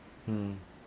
mm